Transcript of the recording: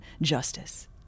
justice